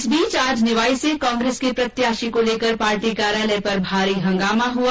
इस बीच आज निवाई से कांग्रेस के प्रत्याशी को लेकर पार्टी कार्यालय पर भारी हंगामा हुआ